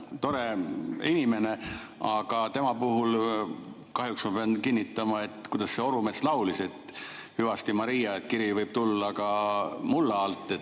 tore inimene, aga tema puhul kahjuks ma pean kinnitama, et ... Kuidas see Orumets laulis? Hüvasti, Maria, kiri võib tulla ka mulla alt,